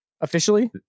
officially